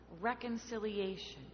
reconciliation